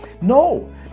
no